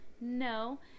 No